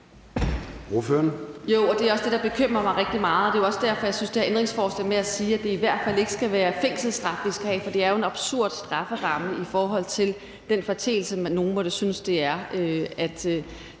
det er også det, der bekymrer mig rigtig meget. Det er jo også derfor, jeg synes om det her ændringsforslag med at sige, at det i hvert fald ikke skal være fængselsstraf, vi skal have, for det er jo en absurd strafferamme i forhold til den foreteelse, nogen måtte synes det er